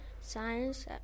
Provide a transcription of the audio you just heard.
science